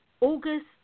August